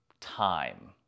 time